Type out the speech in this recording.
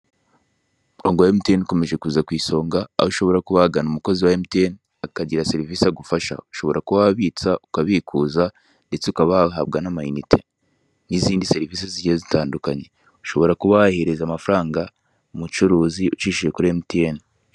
Umurongo wa emutiyeni ukomeje kuza ku isonga aho ushobora kuba wagana umukozi wa emutiyeni akagira serivise agufasha. Ushobora kuba wabitsa, ukabikuza, ndetse ukaba wahabwa n'amayinite n'izindi serivise zigiye zitandukanye. Ushobora kuba wahereza amafaranga umucuruzi ucishije kuri emutiyeni.